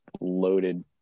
loaded